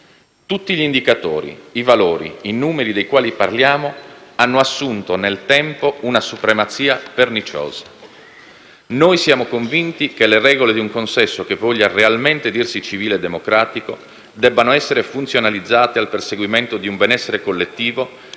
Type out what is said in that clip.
Tutti gli indicatori, i valori e i numeri dei quali parliamo hanno assunto nel tempo una supremazia perniciosa. Noi siamo convinti che le regole di un consesso che voglia realmente dirsi civile e democratico debbano essere funzionalizzate al perseguimento di un benessere collettivo che renda dignità alla vita